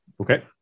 Okay